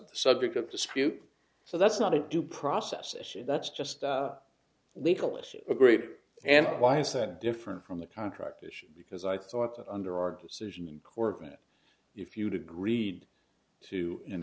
the subject of dispute so that's not a due process issue that's just legal issues great and why is that different from the contract issue because i thought that under our decision in corporate if you to agreed to an